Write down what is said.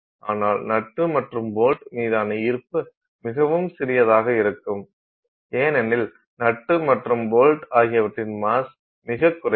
ஆனால் நட்டு மற்றும் போல்ட் மீதான ஈர்ப்பு மிகவும் சிறியதாக இருக்கும் ஏனெனில் நட்டு மற்றும் போல்ட் ஆகியவற்றின் மாஸ் மிகக் குறைவு